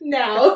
now